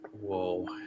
Whoa